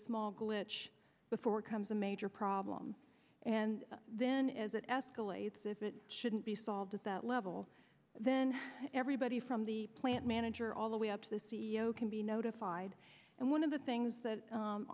small glitch before comes a major problem and then as it escalates if it shouldn't be solved at that level then everybody from the plant manager all the way up to the c e o can be notified and one of the things that